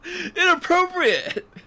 Inappropriate